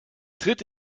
tritt